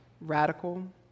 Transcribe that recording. radical